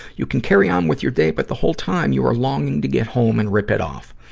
you can carry on with your day. but the whole time, you are longing to get home and rip it off.